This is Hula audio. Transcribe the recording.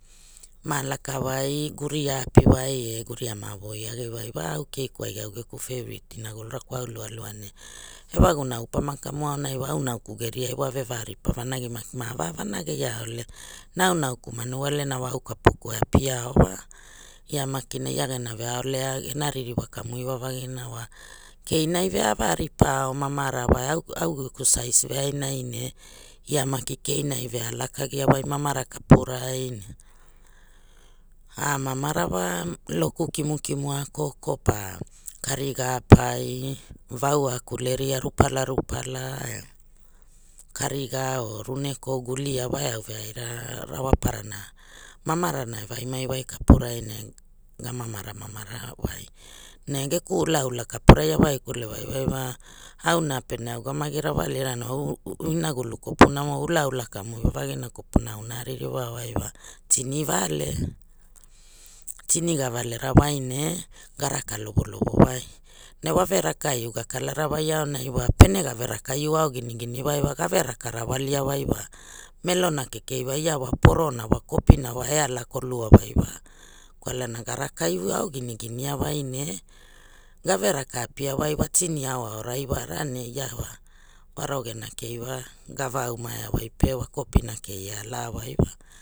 Maa laka wai guria api woa e guria maa voi agi wai wa au keikuai au geku feivret inagulura kwau lualua ne e waguna au pana kamu aunai wa au nauku geriai wa vevaripa vanagi maki na ave vanagia ole na au nauku manuole wa au kapuku e apia o wa ia makina ia gene veaolea gena ririwa kamu iwavagina wa keinai vea ava ripa o mamara wa eau au au geku sais veainai ne ia maki keinai vea a laka gia wai mamara kapurai ne a mamara wa loku kimukimu a koko pa kariga a pai uau a kule ria rupala rupala eh kariga or runeko gulia wa eau veaira rawa parana mavarana e wai mai kapurai ne ga mamara mamara wai ne geku ulaula kapurai a waikule wai waiwa auna pene augamagi rawali rana inagulu kopuna mo ulaula kamu iwavagina kopuna ama a ririwa wai wa tirivale, tini ga valera wai ne garaka lovolovo wai ne wa veraka giu gakalara wai wa pene gave raka veau ginigini wai wa gave raka rawalia wai wa, melona kekeni wa ia wa porona wa kopina wa e ala kolua wai wa kwalana ga raka au giniginia wai ne gave raka apia wai wa tini aorai wa ne ta wa waro gena kei wa gaa vau maea wai pe wa kopina e alaisai wa